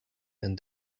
and